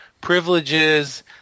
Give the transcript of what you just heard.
privileges